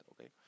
okay